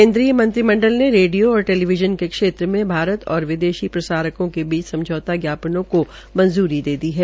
केन्द्रीय मंत्रिमंडल ने रेडियो और टेलीविजन के क्षेत्र में भारत तथा विदेशी प्रसारकों के बीच समझौता जापनों को मंजूरी दी है